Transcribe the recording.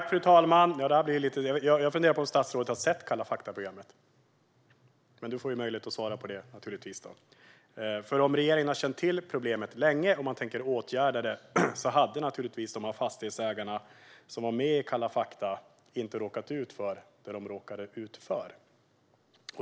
Fru talman! Jag funderar på om statsrådet har sett Kalla fakta programmet, men det får hon möjlighet att svara på. Om regeringen känt till problemet länge och tänkt åtgärda det borde de fastighetsägare som var med i programmet inte ha råkat ut för det som de råkade ut för.